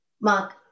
Mark